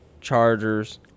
Chargers